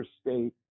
state